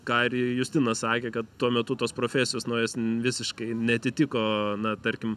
ką ir justinas sakė kad tuo metu tos profesijos na jos visiškai neatitiko na tarkim